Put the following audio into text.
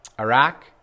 Iraq